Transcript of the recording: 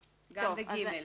גם ב-(ג).